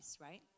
right